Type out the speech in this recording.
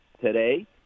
today